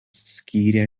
skyrė